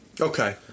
Okay